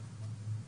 הבריאות.